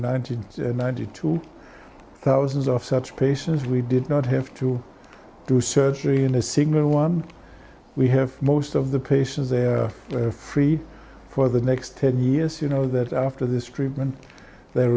hundred ninety two thousands of such patients we did not have to do surgery in a single one we have most of the patients they're free for the next ten years you know that after this treatment they